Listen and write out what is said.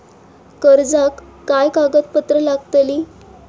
कर्जाक काय कागदपत्र लागतली?